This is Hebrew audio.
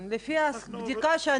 כשהכשרות היא אחד החסמים ויש עוד כמה.